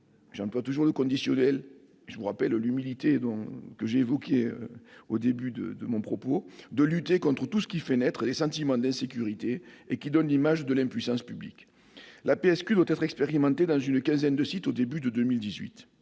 j'emploie toujours le conditionnel, pour respecter l'obligation d'humilité que j'évoquais au début de mon propos -de « lutter contre tout ce qui fait naître [...] les sentiments d'insécurité » et « qui [donne] l'image de l'impuissance publique ». La PSQ doit être expérimentée dans une quinzaine de sites au début de 2018.